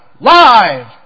Live